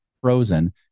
frozen